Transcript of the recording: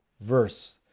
verse